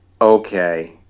Okay